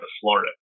Florida